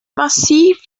massiv